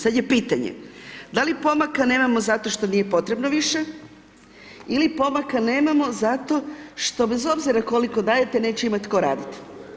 Sad je pitanje da li pomaka nemamo zato što nije potrebno više, ili pomaka nemamo zato što bez obzira koliko dajete neće imati ko raditi.